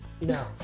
no